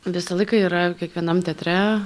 visą laiką yra kiekvienam teatre